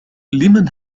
لمن